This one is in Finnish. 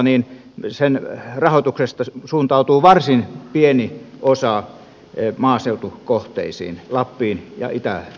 esimerkiksi aran rahoituksesta suuntautuu varsin pieni osa maaseutukohteisiin lappiin ja itä suomeen